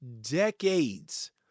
decades